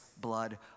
blood